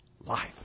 life